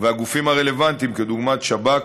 והגופים הרלוונטיים דוגמת השב"כ,